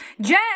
Jen